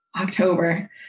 October